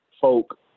folk